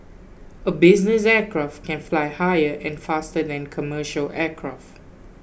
a business aircraft can fly higher and faster than commercial aircraft